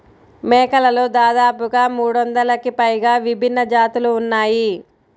మేకలలో దాదాపుగా మూడొందలకి పైగా విభిన్న జాతులు ఉన్నాయి